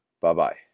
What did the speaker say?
Bye-bye